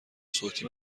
صوتی